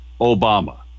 Obama